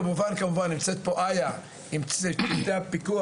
כמובן נמצאת פה איה עם צוותי הפיקוח,